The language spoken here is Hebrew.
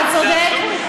אתה צודק.